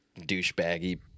douchebaggy